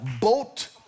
boat